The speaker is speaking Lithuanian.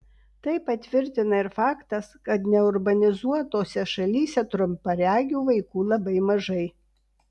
tai patvirtina ir faktas kad neurbanizuotose šalyse trumparegių vaikų labai mažai